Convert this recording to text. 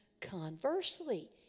Conversely